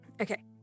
Okay